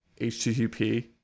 HTTP